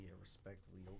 respectfully